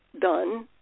done